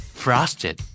frosted